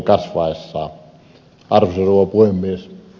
arvoisa rouva puhemies